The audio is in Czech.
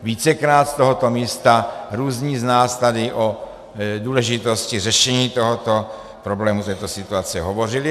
Vícekrát z tohoto místa různí z nás tady o důležitosti řešení tohoto problému, této situace, hovořili.